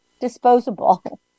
disposable